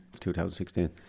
2016